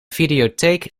videotheek